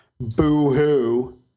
boo-hoo